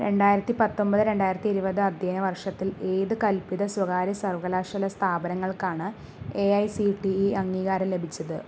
രണ്ടായിരത്തി പത്തൊമ്പത് രണ്ടായിരത്തി ഇരുപത് അധ്യയന വർഷത്തിൽ ഏത് കൽപ്പിത സ്വകാര്യ സർവകലാശാല സ്ഥാപനങ്ങൾക്കാണ് A I C T E അംഗീകാരം ലഭിച്ചത്